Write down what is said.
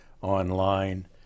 online